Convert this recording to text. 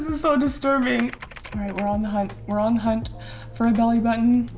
um so disturbing right we're on the hunt. we're on the hunt for a belly button.